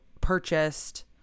purchased